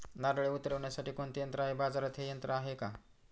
नारळे उतरविण्यासाठी कोणते यंत्र आहे? बाजारात हे यंत्र आहे का?